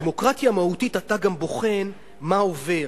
בדמוקרטיה מהותית אתה גם בוחן מה עובר,